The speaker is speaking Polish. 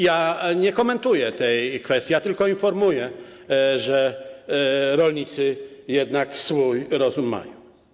Ja nie komentuję tej kwestii, tylko informuję, że rolnicy jednak swój rozum mają.